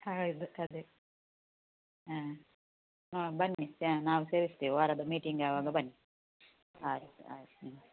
ಹಾಂ ಇದು ಕತೆ ಹಾಂ ಹಾಂ ಬನ್ನಿ ಹಾಂ ನಾವು ಸೇರಿಸ್ತೇವೆ ವಾರದ ಮೀಟಿಂಗ್ ಯಾವಾಗ ಬನ್ನಿ ಆಯ್ತು ಆಯ್ತು ಹ್ಞೂ